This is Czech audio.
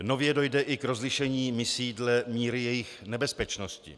Nově dojde i k rozlišení misí dle míry jejich nebezpečnosti.